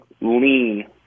lean